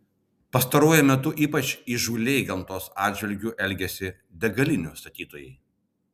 pastaruoju metu ypač įžūliai gamtos atžvilgiu elgiasi degalinių statytojai